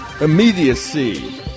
Immediacy